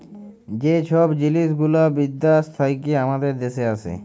যে ছব জিলিস গুলা বিদ্যাস থ্যাইকে আমাদের দ্যাশে আসে